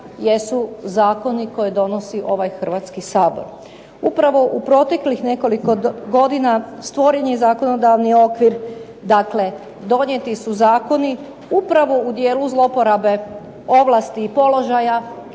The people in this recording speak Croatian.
jesu zakoni koje donosi ovaj Hrvatski sabor. Upravo u proteklih nekoliko godina stvoren je zakonodavni okvir. Dakle, donijeti su zakoni upravo u dijelu zloporabe ovlasti i položaja